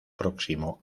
próximo